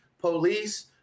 police